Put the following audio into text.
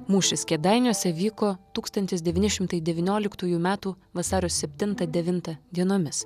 mūšis kėdainiuose vyko tūkstantis devyni šimtai devynioliktųjų metų vasario septintą devintą dienomis